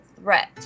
threat